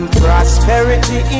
prosperity